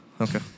okay